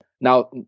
now